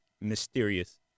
mysterious